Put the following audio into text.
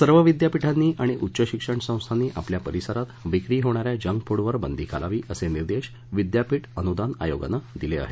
सर्व विद्यापीठांनी आणि उच्च शिक्षण संस्थांनी आपल्या परिसरात विक्री होणा या जंक फुडवर बंदी घालावी असे निर्देश विद्यापीठ अनुदान आयोगानं दिले आहेत